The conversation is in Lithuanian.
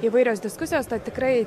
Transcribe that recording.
įvairios diskusijos tad tikrai